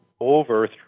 over